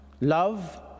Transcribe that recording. love